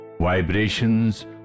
Vibrations